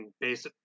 based